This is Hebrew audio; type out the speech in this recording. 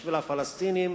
בשביל הפלסטינים